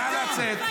נא לצאת.